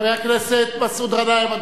חבר הכנסת מסעוד גנאים.